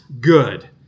good